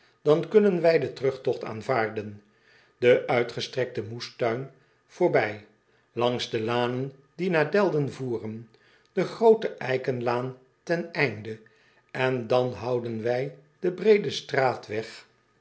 dan kunnen wij den terugtogt aanvaarden en uitgestrekten moestuin voorbij langs de lanen die naar elden voeren de groote eikenlaan ten einde en dan houden wij den breeden straatweg